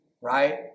right